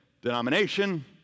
denomination